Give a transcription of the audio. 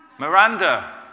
Miranda